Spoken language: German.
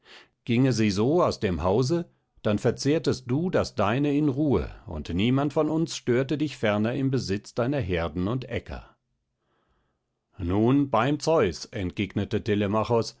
ginge sie so aus dem hause dann verzehrtest du das deine in ruhe und niemand von uns störte dich ferner im besitz deiner herden und äcker nun beim zeus entgegnete